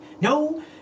No